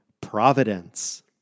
providence